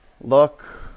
look